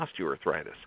osteoarthritis